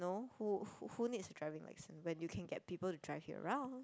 no who who who needs a driving license when you can get people to drive you around